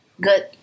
good